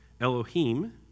Elohim